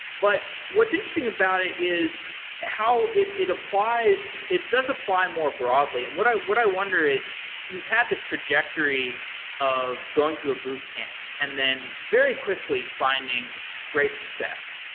but what's interesting about is how it it applies it does apply more broadly, and what i what i wonder is you've had this trajectory of going to a boot camp and then very quickly finding great success.